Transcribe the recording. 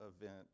event